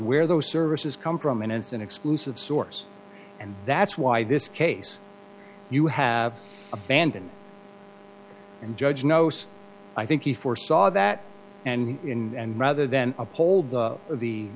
where those services come from and it's an exclusive source and that's why this case you have abandoned and judge knows i think he foresaw that and in and rather than uphold the